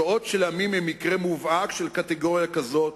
שואות של עמים הן מקרה מובהק של קטגוריה כזאת.